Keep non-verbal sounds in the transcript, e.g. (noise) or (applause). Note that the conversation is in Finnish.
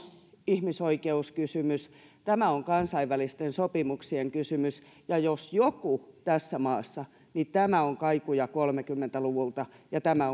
ihmisoikeuskysymys tämä on kansainvälisten sopimuksien kysymys ja jos joku tässä maassa niin tämä on kaikuja kolmekymmentä luvulta tämä (unintelligible)